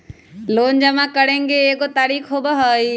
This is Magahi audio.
लोन जमा करेंगे एगो तारीक होबहई?